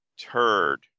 Turd